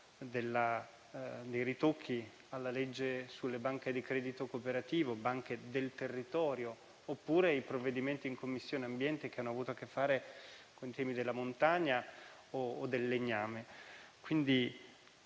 dei ritocchi alla legge sulle banche di credito cooperativo, banche del territorio, oppure i provvedimenti in Commissione territorio, ambiente, beni ambientali, che hanno avuto a che fare con i temi della montagna o del legname.